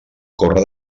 córrer